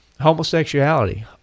Homosexuality